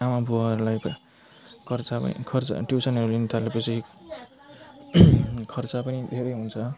आमाबुवाहरूलाई त खर्च खर्च ट्युसनहरू लिनुथालेपछि खर्च पनि धेरै हुन्छ